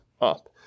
up